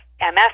MS